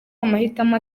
amahitamo